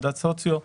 מדד סוציו,